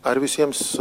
ar visiems